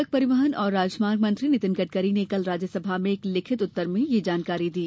सड़क परिवहन और राजमार्ग मंत्री नितिन गडकरी ने कल राज्यसभा में एक लिखित उत्तर में यह जानकारी दी